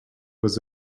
was